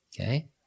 Okay